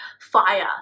FIRE